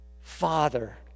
Father